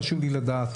חשוב לי לדעת.